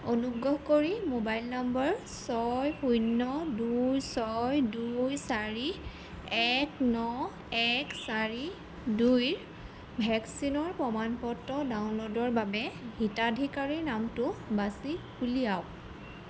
অনুগ্ৰহ কৰি mobile number ছয় শূন্য দুই ছয় দুই চাৰি এক ন এক চাৰি দুইৰ ভেকচিনৰ প্ৰমাণ পত্ৰ ডাউনলোডৰ বাবে হিতাধিকাৰীৰ নামটো বাছি উলিয়াওক